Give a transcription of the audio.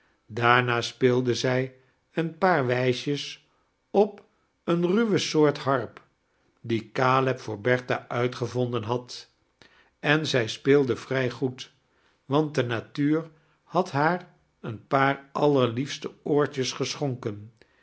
daarna speelde zij een paar wijsjefi op eene ruwe soort harp die caleb voor bertha uitgevonden had en zij speelde vrij goed want de natuur had haar een paar allerliefste oortjes geschonken